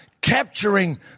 capturing